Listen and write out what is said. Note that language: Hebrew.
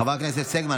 חברת הכנסת שיר סגמן,